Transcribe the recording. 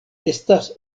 estas